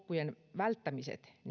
välttämiset